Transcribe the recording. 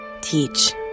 teach